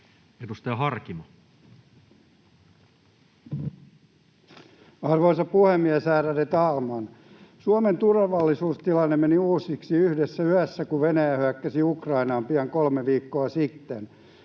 14:25 Content: Arvoisa puhemies, ärade talman! Suomen turvallisuustilanne meni uusiksi yhdessä yössä, kun Venäjä hyökkäsi Ukrainaan pian kolme viikkoa sitten.